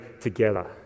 together